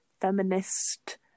feminist